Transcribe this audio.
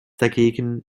dagegen